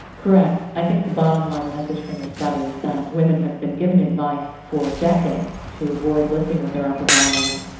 correct. i think the bottom line message from the study is that women have been given advice for decades to avoid lifting with their upper bodies,